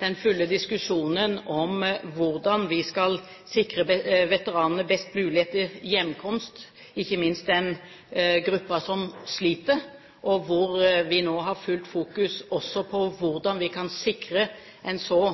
den fulle diskusjonen om hvordan vi skal sikre veteranene best mulig etter hjemkomst, ikke minst den gruppen som sliter, hvor vi nå har fullt fokus også på hvordan vi kan sikre en så